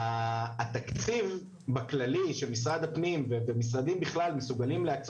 אני מתאר לעצמי שהנציגים של משרד הפנים יטפלו פה.